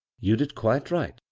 you did quite right,